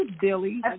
Billy